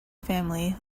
family